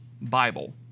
Bible